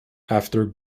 after